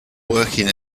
working